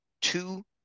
two